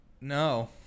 no